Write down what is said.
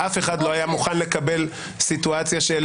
אף אחד לא היה מוכן לקבל סיטואציה של